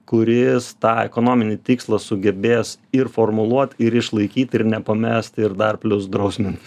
kuris tą ekonominį tikslą sugebės ir formuluot ir išlaikyt ir nepamest ir dar plius drausmint